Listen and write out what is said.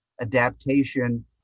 adaptation